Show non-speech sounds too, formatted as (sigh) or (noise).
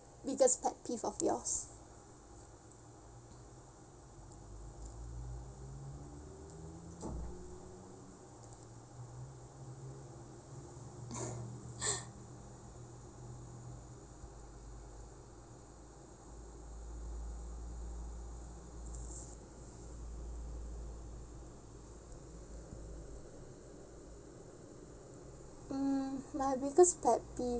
biggest pet peeve of yours (laughs) mm my biggest pet peeve